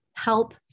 help